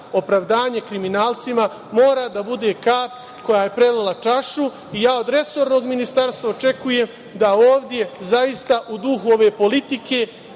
opravdanje kriminalcima mora da bude kap koja je prelila čašu i ja od resornog ministarstva očekujem da ovde zaista u duhu ove politike